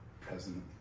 president